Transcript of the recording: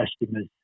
customers